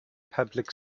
public